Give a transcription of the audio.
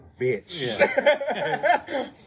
bitch